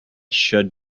should